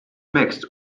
mixed